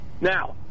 Now